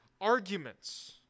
arguments